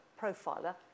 profiler